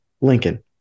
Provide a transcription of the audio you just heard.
Lincoln